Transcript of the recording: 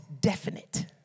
definite